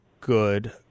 good